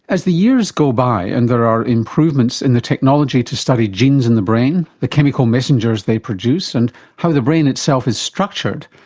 as the years go by, and there are improvements in the technology to study genes in the brain, the chemical messengers they produce, and how the brain itself is structured,